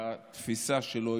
בתפיסה שלו,